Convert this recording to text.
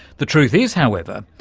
the truth is however,